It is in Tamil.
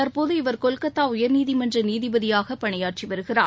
தற்போது இவர் கொல்கத்தா உயர்நீதிமன்ற நீதிபதியாக பணியாற்றி வருகிறார்